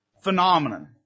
phenomenon